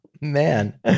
man